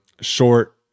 short